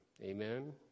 Amen